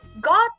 God